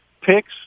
picks